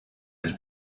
his